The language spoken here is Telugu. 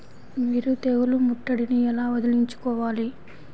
మీరు తెగులు ముట్టడిని ఎలా వదిలించుకోవాలి?